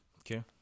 Okay